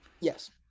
Yes